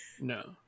No